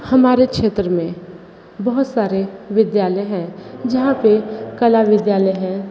हमारे क्षेत्र में बहुत सारे विद्यालय हैं जहाँ पर कला विद्यालय हैं